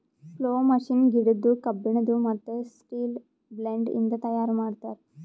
plough machine ಗಿಡದ್ದು, ಕಬ್ಬಿಣದು, ಮತ್ತ್ ಸ್ಟೀಲ ಬ್ಲೇಡ್ ಇಂದ ತೈಯಾರ್ ಮಾಡ್ತರ್